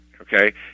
okay